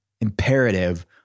imperative